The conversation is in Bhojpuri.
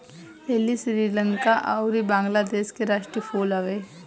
लीली श्रीलंका अउरी बंगलादेश के राष्ट्रीय फूल हवे